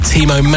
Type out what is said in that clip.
Timo